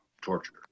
torture